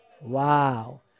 Wow